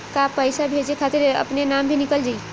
का पैसा भेजे खातिर अपने नाम भी लिकल जाइ?